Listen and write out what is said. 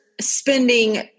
spending